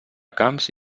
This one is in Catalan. camps